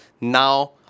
now